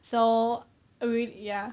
so we ya